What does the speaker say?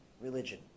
religion